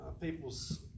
people's